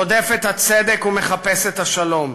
רודפת הצדק ומחפשת השלום.